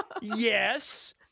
yes